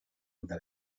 una